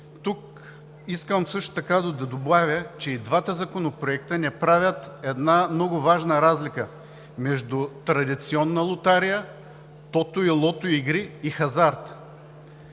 Тук искам също така да добавя, че и двата законопроекта не правят една много важна разлика между традиционна лотария, тото и лото игри и хазарт.